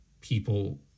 people